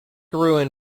ruin